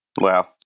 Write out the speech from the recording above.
Wow